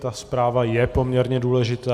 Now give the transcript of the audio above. Ta zpráva je poměrně důležitá.